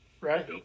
Right